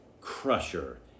crusher